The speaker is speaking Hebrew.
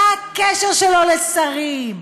מה הקשר שלו לשרים,